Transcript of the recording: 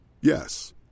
Yes